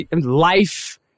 life